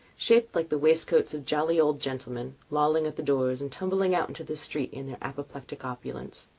shaped like the waistcoats of jolly old gentlemen, lolling at the doors, and tumbling out into the street in their apoplectic opulence.